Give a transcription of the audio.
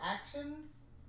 actions